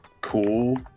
cool